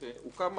הוקם מאחז